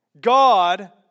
God